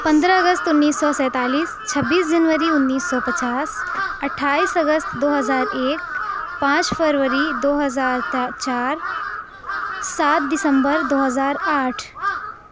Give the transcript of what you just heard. پندرہ اگست انیس سو سینتالیس چھبیس جنوری انیس سو پچاس اٹھائیس اگست دو ہزار ایک پانچ فروری دو ہزار تا چار سات دسمبر دو ہزار آٹھ